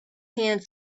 hand